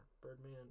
Birdman